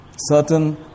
Certain